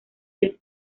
del